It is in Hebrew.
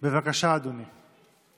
בבקשה, אדוני.